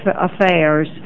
affairs